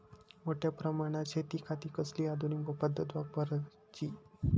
मोठ्या प्रमानात शेतिखाती कसली आधूनिक पद्धत वापराची?